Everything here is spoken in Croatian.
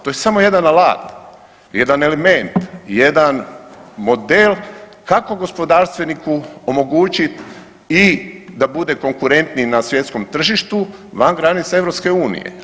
To je samo jedan alat, jedan element, jedan model kako gospodarstveniku omogućiti da i da bude konkurentniji na svjetskom tržištu van granica EU.